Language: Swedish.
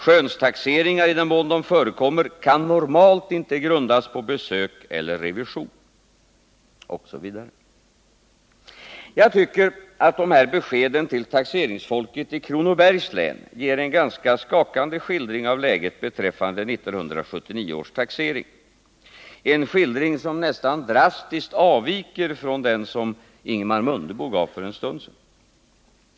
—— Skönstaxeringar, i den mån de förekommer, kan normalt inte grundas på besök eller revision.” Dessa besked till taxeringsfolket i Kronobergs län ger en ganska skakande skildring av läget beträffande 1979 års taxering — en skildring som nästan drastiskt avviker från den som Ingemar Mundebo gav för en stund sedan.